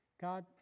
God